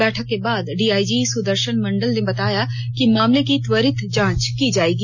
बैठक के बाद डीआईजी सुदर्शन मंडल ने बताया कि मामले की त्वरित जांच की जायेगी